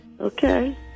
Okay